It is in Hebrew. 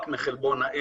לא ייחשפו באופן מכוון.